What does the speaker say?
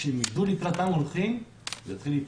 כשהם ידעו לקראת מה הם הולכים, זה עשוי להיפסק.